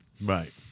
Right